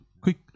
Quick